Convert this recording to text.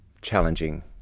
challenging